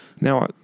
Now